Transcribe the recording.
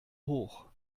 hoch